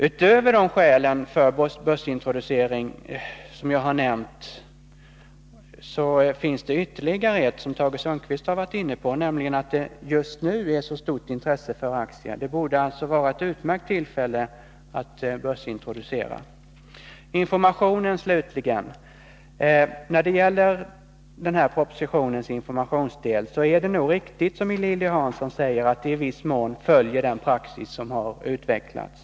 Utöver dessa skäl för börsintroducering finns det ytterligare ett, som Tage Sundkvist har varit inne på, nämligen att det just nu råder ett så stort intresse för aktier. Det borde alltså vara ett utmärkt tillfälle för börsintroduktion. Slutligen vill jag säga några ord om informationen. När det gäller denna propositions informationsdel är det nog riktigt att man, som Lilly Hansson säger, i viss mån har följt den praxis som har utvecklats.